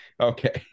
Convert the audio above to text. Okay